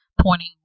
pointing